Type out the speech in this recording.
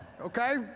okay